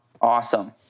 Awesome